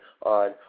on